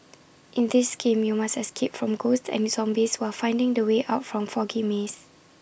in this game you must escape from ghosts and zombies while finding the way out from foggy maze